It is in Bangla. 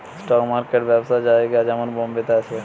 স্টক মার্কেট ব্যবসার জায়গা যেমন বোম্বে তে আছে